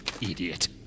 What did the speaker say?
Idiot